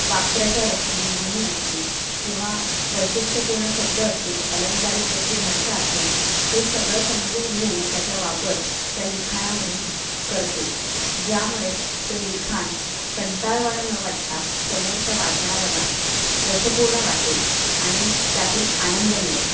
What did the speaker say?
वाक्प्रचार असतील म्हणी असतील किंवा वैशिष्ट्यपूर्ण शब्द असतील अलंंकारिक त्याची भाषा असेल हे सगळं समजून घेऊन त्याचा वापर त्या लिखाणामध्ये करते ज्यामुळे ते लिखाण कंटाळवाणं न वाटता समोरच्या वाचणाऱ्याला रसपूर्ण वाटेल आणि त्यातून आनंद मिळेल